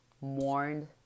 mourned